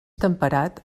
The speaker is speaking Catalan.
temperat